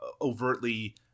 overtly